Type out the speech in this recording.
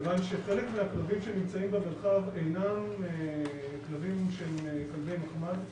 כיוון שחלק מהכלבים שנמצאים במרחב אינם כלבים שהם כלבי מחמד,